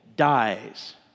dies